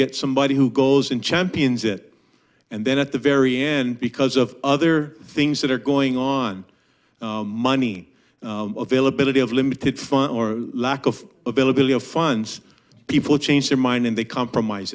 get somebody who goes in champions it and then at the very end because of other things that are going on money available to be of limited fun or lack of availability of funds people change their mind and they compromise